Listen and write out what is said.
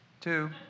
Two